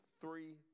three